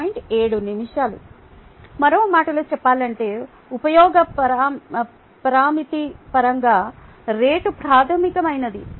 7 నిమి మరో మాటలో చెప్పాలంటే ఉపయోగ పరామితి పరంగా రేటు ప్రాథమికమైనది